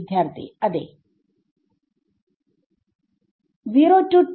വിദ്യാർത്ഥി അതേ 0 to t